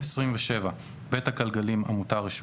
"(27) בית הגלגלים ע"ר;